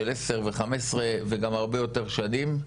של עשר ו-15 וגם הרבה יותר שנים,